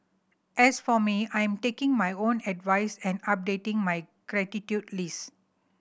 as for me I'm taking my own advice and updating my gratitude list